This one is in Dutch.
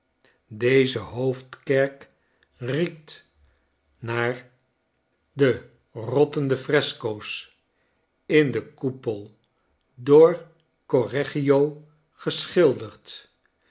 deze hoofdkerk riekt naar de rottende fresco's in den koepel door correggio geschilderd